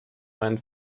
meinen